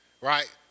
right